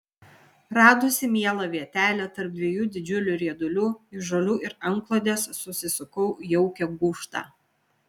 radusi mielą vietelę tarp dviejų didžiulių riedulių iš žolių ir antklodės susisukau jaukią gūžtą